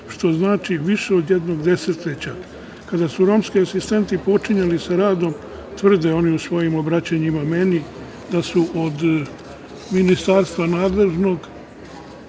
što znači više od jednog desetleća. Kada su romski asistenti počinjali sa radom, tvrde oni u svojim obraćanjima meni, da su od Ministarstva prosvete